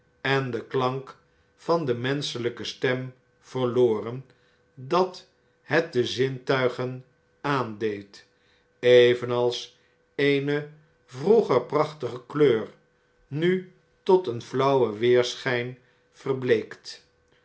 en den klank van de menscheiyke stem verloren dat het de zintuigen aandeed evenals eene vroeger prachtige kleur nu tot een flauwen weerschnn verbleekt